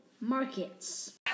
Markets